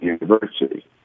University